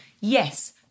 yes